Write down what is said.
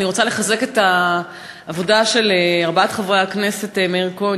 אני רוצה לחזק את העבודה של ארבעת חברי הכנסת מאיר כהן,